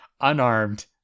unarmed